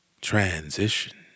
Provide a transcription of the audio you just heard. transition